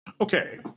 Okay